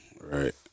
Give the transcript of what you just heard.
Right